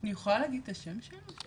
אני יכולה להגיד את השם שלו?